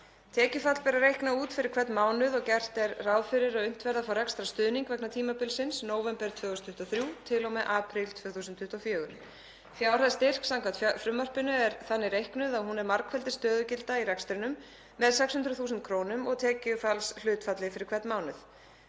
Tekjufall ber að reikna út fyrir hvern mánuð og gert er ráð fyrir að unnt verði að fá rekstrarstuðning vegna tímabilsins nóvember 2023 til og með apríl 2024. Fjárhæð styrks samkvæmt frumvarpinu er þannig reiknuð að hún er margfeldi stöðugilda í rekstrinum með 600.000 kr. og tekjufallshlutfalli fyrir hvern mánuð.